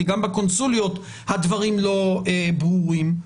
כי גם בקונסוליות הדברים לא ברורים.